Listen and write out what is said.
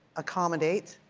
accommodate,